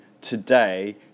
today